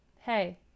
hey